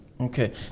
Okay